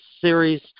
series